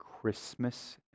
Christmas